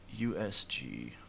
USG